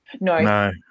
No